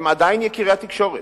הם עדיין יקירי התקשורת,